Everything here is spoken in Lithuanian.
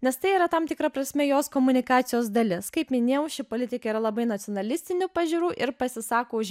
nes tai yra tam tikra prasme jos komunikacijos dalis kaip minėjau ši politikė yra labai nacionalistinių pažiūrų ir pasisako už